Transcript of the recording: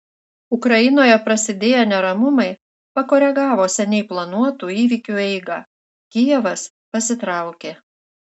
ukrainoje prasidėję neramumai pakoregavo seniai planuotų įvykiu eigą kijevas pasitraukė